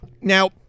Now-